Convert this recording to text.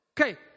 Okay